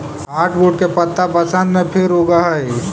hardwood के पत्त्ता बसन्त में फिर उगऽ हई